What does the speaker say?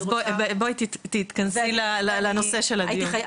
תתכנסי לנושא של הדיון.